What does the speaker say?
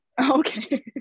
Okay